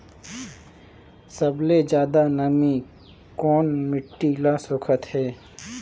सबले ज्यादा नमी कोन मिट्टी ल सोखत हे?